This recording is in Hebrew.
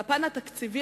והפן התקציבי,